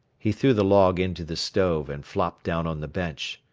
he threw the log into the stove and flopped down on the bench.